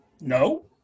No